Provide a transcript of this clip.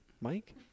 Mike